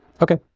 Okay